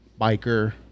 biker